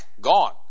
gone